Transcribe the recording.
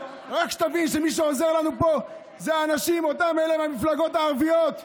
רק שתבין שמי שעוזר לנו פה זה אנשים מהמפלגות הערביות.